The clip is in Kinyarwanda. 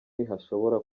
ntihashobora